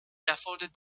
erfordert